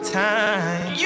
time